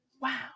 wow